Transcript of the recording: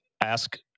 ask